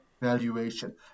valuation